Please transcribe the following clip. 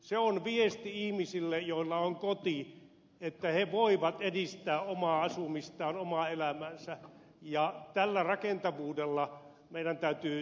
se on viesti ihmisille joilla on koti että he voivat edistää omaa asumistaan omaa elämäänsä ja tällä rakentavuudella meidän täytyy täällä mennä